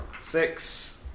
Six